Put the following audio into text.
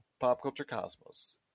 PopCultureCosmos